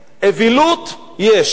אווילות יש,